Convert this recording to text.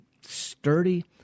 sturdy